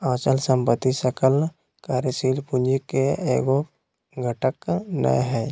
अचल संपत्ति सकल कार्यशील पूंजी के एगो घटक नै हइ